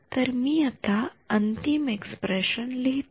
तर मी आता अंतिम एक्स्प्रेशन लिहितो